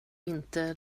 inte